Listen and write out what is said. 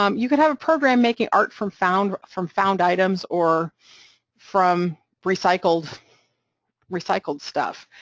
um you could have a program making art from found from found items or from recycled recycled stuff,